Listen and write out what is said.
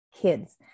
kids